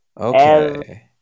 Okay